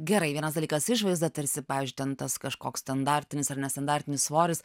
gerai vienas dalykas išvaizda tarsi pavyzdžiui ten tas kažkoks standartinis ar nestandartinis svoris